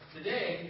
Today